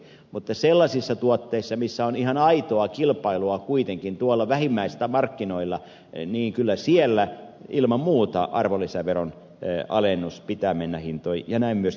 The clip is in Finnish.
mutta sellaisissa tuotteissa joilla on ihan aitoa kilpailua kuitenkin tuolla vähittäismarkkinoilla kyllä siellä ilman muuta arvonlisäveronalennuksen pitää mennä hintoihin ja näin myöskin menee